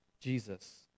Jesus